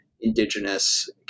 indigenous